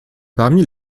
parmi